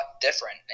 different